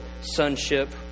sonship